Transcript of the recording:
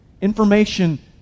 Information